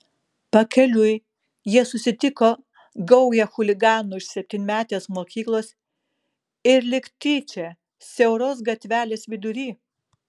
pakeliui jie susitiko gaują chuliganų iš septynmetės mokyklos ir lyg tyčia siauros gatvelės vidury